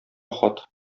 хат